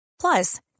Plus